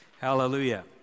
Hallelujah